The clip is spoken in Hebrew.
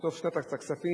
מסוף שנת הכספים,